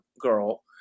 girl